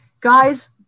guys